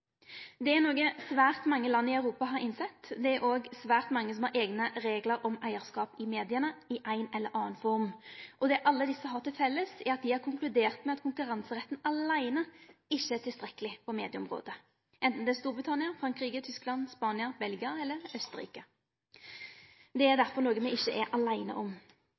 Dette er noko svært mange land i Europa har innsett, og det er òg svært mange som har eigne reglar om eigarskap i media i ei eller anna form. Det alle desse har til felles, er at dei har konkludert med at konkurranseretten aleine ikkje er tilstrekkeleg på medieområdet, enten det er Storbritannia, Frankrike, Tyskland, Spania, Belgia eller Austerrike. Det er derfor noko me ikkje er aleine om.